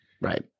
Right